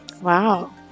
Wow